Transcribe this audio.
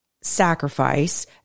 sacrifice